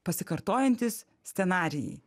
pasikartojantys scenarijai